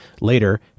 Later